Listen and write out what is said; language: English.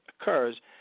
occurs